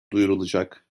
duyurulacak